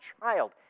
child